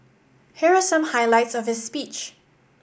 here are some highlights of his speech